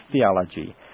theology